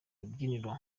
rubyiniro